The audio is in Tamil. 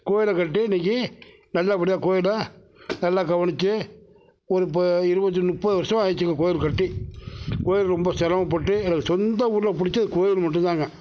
கோவில கட்டி இன்னைக்கி நல்லபடியா கோவில நல்லா கவனிச்சு ஒரு இப்போ இருபது முப்பது வருஷமாக ஆச்சுங்க கோவில் கட்டி கோவில் ரொம்ப சிரமப்பட்டு எங்கள் சொந்த ஊரில் பிடிச்சது கோவில் மட்டும்தாங்க